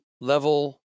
level